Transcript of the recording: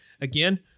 again